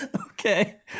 okay